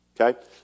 Okay